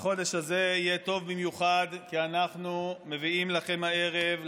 החודש הזה יהיה טוב במיוחד כי אנחנו מביאים לכם הערב,